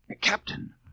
Captain